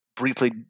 Briefly